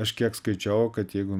aš kiek skaičiavau kad jeigu